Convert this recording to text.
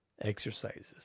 exercises